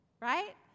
right